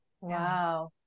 Wow